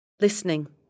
listening